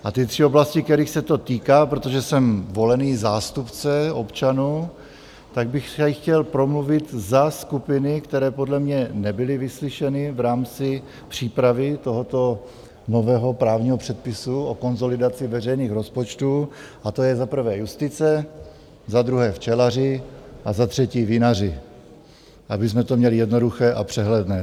A ty tři oblasti, kterých se to týká, protože jsem volený zástupce občanů, tak bych tady chtěl promluvit za skupiny, které podle mě nebyly vyslyšeny v rámci přípravy tohoto nového právního předpisu o konsolidaci veřejných rozpočtů, a to je za prvé justice, za druhé včelaři a za třetí vinaři, abychom to měli jednoduché a přehledné.